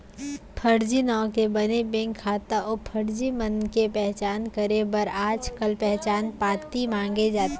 फरजी नांव के बने बेंक खाता अउ फरजी मनसे के पहचान करे बर आजकाल पहचान पाती मांगे जाथे